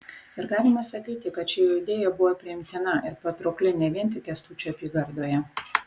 ir galima sakyti kad ši jo idėja buvo priimtina ir patraukli ne vien tik kęstučio apygardoje